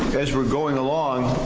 as we're going along,